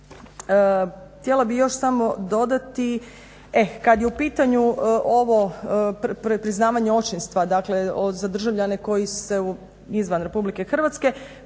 Htjela bih još samo dodati, e kad je u pitanju ovo priznavanje očinstva dakle za državljane koji se izvan RH, to će riješiti